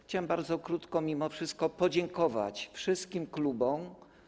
Chciałem bardzo krótko mimo wszystko podziękować wszystkim klubom.